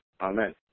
Amen